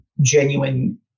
genuine